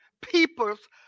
people's